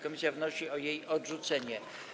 Komisja wnosi o jej odrzucenie.